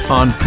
on